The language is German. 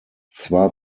zwar